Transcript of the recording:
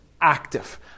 active